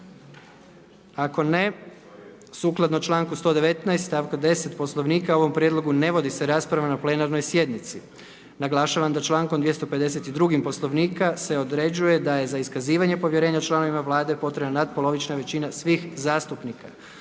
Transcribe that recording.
Nema ga. Sukladno članku 119. stavak 10. Poslovnika o ovom prijedlogu ne vodi se rasprava na plenarnoj sjednici. Naglašavam da člankom 252. Poslovnika se određuje da je za iskazivanje povjerenja članovima Vlade potrebna natpolovična većina svih zastupnika.